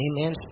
Amen